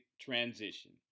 transition